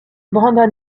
brandon